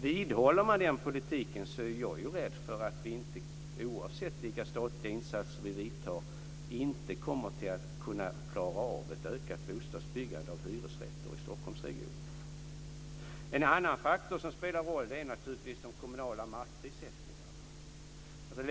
Vidhåller man den politiken är jag rädd att vi, oavsett vilka statliga insatser vi sätter in, inte kommer att klara av ett ökat byggande av hyresrätter i Stockholmsregionen. En annan faktor som spelar roll är naturligtvis de kommunala markprissättningarna.